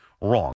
wrong